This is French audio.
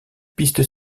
piste